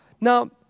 Now